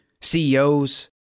CEOs